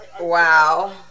Wow